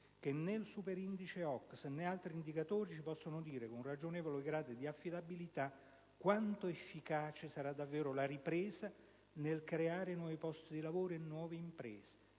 che né il superindice OCSE né altri indicatori possono dirci, con un ragionevole grado di affidabilità, quanto efficace sarà davvero la ripresa nel creare nuovi posti di lavoro e nuove imprese.